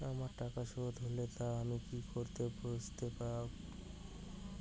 আমার টাকা শোধ হলে তা আমি কি করে বুঝতে পা?